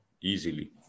Easily